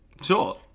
Sure